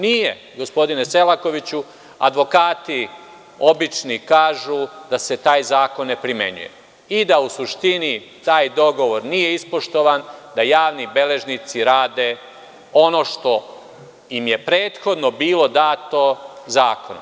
Nije gospodine Selakoviću, advokati obični kažu da se taj zakon ne primenjuje i da u suštini taj dogovor nije ispoštovan, da javni beležnici rade ono što im je prethodno bilo dato zakonom.